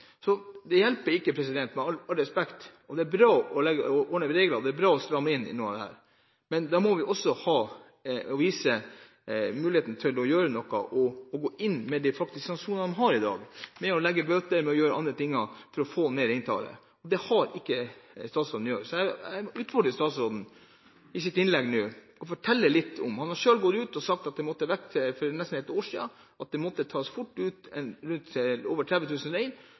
Det hjelper ikke – med respekt å melde – å endre reglene og stramme inn hvis vi ikke viser evne til å gjøre noe og gå inn med de sanksjonene vi har i dag, med å ilegge bøter og gjøre andre ting for å få ned reintallet. Det har ikke statsråden gjort. Han har selv gått ut og sagt – for nesten et år siden – at det fort måtte tas ut over 30 000 rein for at man skulle få en bærekraftig drift og hindre dyretragedier. Men det